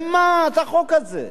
למה החוק הזה?